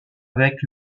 avec